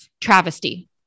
Travesty